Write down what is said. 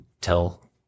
tell